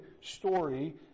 story